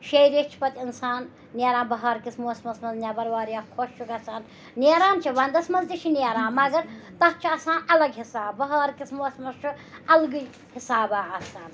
شیٚیہِ ریٚتھۍ چھِ پَتہٕ اِنسان نیران بہارکِس موسمَس منٛز نیٚبَر واریاہ خۄش چھُ گژھان نیران چھِ وَندَس منٛز تہِ چھِ نیران مگر تَتھ چھُ آسان الگ حِساب بہارکِس موسمَس چھُ الگٕے حِسابہ آسان